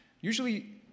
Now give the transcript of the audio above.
usually